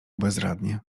bezradnie